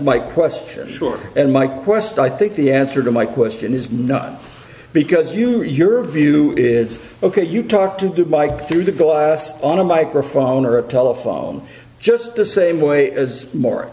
my question sure and my quest i think the answer to my question is not because you or your view is ok you talk to mike through the glass on a microphone or a telephone just the same way as more